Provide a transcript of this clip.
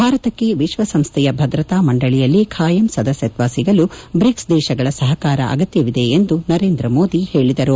ಭಾರತಕ್ಕೆ ವಿಶ್ವ ಸಂಸ್ಥೆಯ ಭದ್ರತಾ ಮಂಡಳಿಯಲ್ಲಿ ಖಾಯಂ ಸದಸ್ಕತ್ವ ಸಿಗಲು ಬ್ರಿಕ್ಸ್ ದೇಶಗಳ ಸಹಕಾರ ಅಗತ್ಯವಿದೆ ಎಂದು ನರೇಂದ್ರ ಮೋದಿ ಹೇಳಿದರು